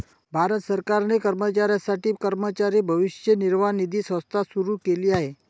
भारत सरकारने कर्मचाऱ्यांसाठी कर्मचारी भविष्य निर्वाह निधी संस्था सुरू केली आहे